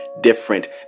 different